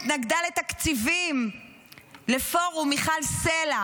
היא התנגדה לתקציבים לפורום מיכל סלה,